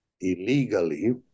illegally